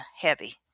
heavy